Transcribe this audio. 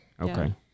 Okay